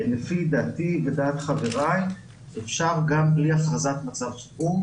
לפי דעתי ודעת חבריי אפשר גם בלי הכרזת מצב חירום